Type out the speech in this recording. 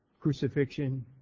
crucifixion